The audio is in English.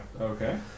okay